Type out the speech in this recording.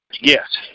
Yes